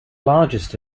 largest